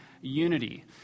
unity